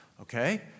Okay